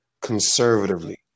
conservatively